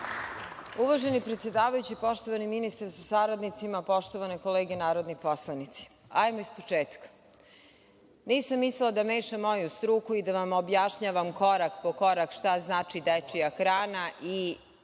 Uvaženi predsedavajući, poštovani ministre sa saradnicima, poštovane kolege narodni poslanici, hajdemo ispočetka. Nisam mislila da mešam moju struku i da vam objašnjavam korak po korak šta znači dečija hrana i